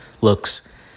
looks